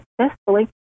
successfully